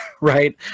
right